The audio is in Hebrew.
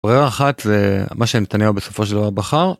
אחת מה שנתניהו בסופו של דבר בחר.